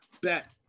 bet